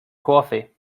coffee